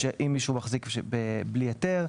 אם מישהו מחזיק ברישיון בלי היתר,